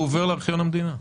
הוא עובר לארכיון המדינה.